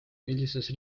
millises